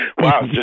Wow